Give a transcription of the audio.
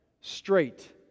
straight